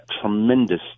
tremendous